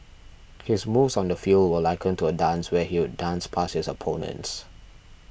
his moves on the field were likened to a dance where he'd dance past his opponents